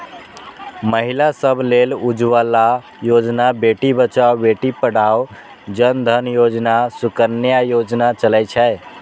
महिला सभ लेल उज्ज्वला योजना, बेटी बचाओ बेटी पढ़ाओ, जन धन योजना, सुकन्या योजना चलै छै